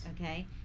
Okay